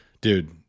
Dude